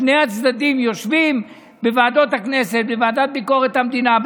ושני הצדדים יושבים בוועדות הכנסת בוועדת ביקורת המדינה,